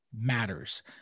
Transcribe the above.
matters